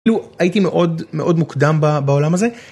הייתי מאוד מאוד מוקדם ב... בעולם הזה.